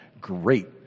Great